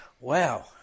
Wow